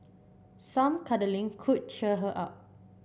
some cuddling could cheer her up